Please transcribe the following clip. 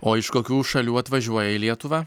o iš kokių šalių atvažiuoja į lietuvą